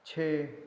ਛੇ